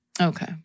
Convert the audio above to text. Okay